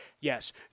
Yes